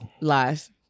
Lies